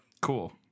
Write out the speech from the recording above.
Cool